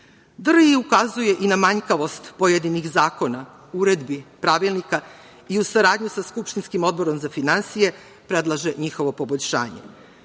DRI ukazuje i na manjkavost pojedinih zakona, uredbi, pravilnika i u saradnji sa skupštinskim Odborom za finasije predlaže njihovo boljoljšanje. Rezultati